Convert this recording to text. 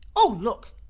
oh, look,